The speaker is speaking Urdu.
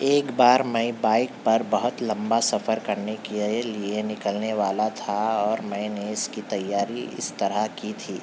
ایک بار میں بائک پر بہت لمبا سفر کرنے کے لیے نکلنے والا تھا اور میں نے اس کی تیاری اس طرح کی تھی